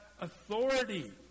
authority